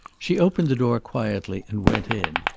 she opened the door quietly and went in.